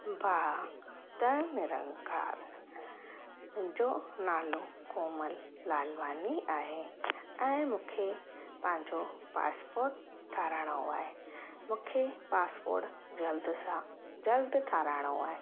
भाउ धन निरंकार मुंहिंजो नालो कोमल लालवाणी आहे ऐं मूंखे पंहिंजो पासपोट ठाराहिणो आहे मूंखे पासपोट जल्द सां जल्द ठाराहिणो आहे